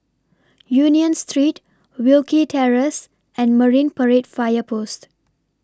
Union Street Wilkie Terrace and Marine Parade Fire Post